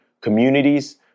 communities